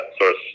source